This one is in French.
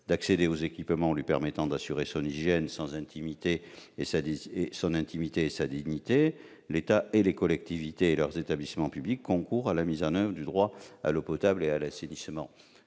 d'accéder aux équipements lui permettant d'assurer son hygiène, son intimité et sa dignité. L'État, les collectivités territoriales et leurs établissements publics concourent à la mise en oeuvre du droit à l'eau potable et à l'assainissement.